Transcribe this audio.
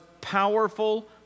powerful